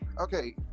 okay